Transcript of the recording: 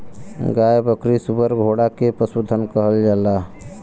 गाय बकरी सूअर घोड़ा के पसुधन कहल जाला